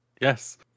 Yes